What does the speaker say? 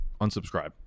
unsubscribe